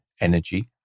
energy